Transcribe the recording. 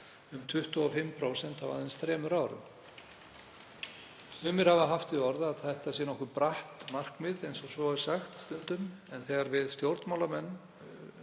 um 25% á aðeins þremur árum. Sumir hafa haft að orði að þetta sé nokkuð bratt markmið, eins og stundum er sagt. En þegar við stjórnmálamenn